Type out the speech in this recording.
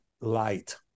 light